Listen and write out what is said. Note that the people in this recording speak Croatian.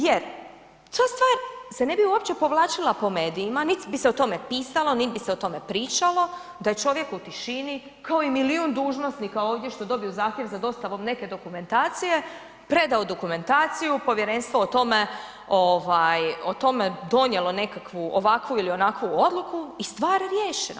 Jer ta stvar se ne bi uopće povlačila po medijima, niti bi se o tome pisalo, nit bi se o tome pričalo da je čovjek u tišini, kao i milion dužnosnika ovdje što dobiju zahtjev za dostavom neke dokumentacije, predao dokumentaciju, povjerenstvo o tome ovaj o tome donijelo nekakvu ovakvu ili onakvu odluku i stvar riješena.